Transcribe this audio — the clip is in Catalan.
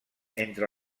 entre